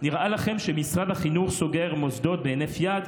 נראה לכם שמשרד החינוך סוגר מוסדות בהינף יד?